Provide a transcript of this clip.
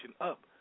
up